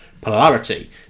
Polarity